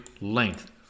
length